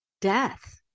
death